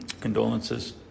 Condolences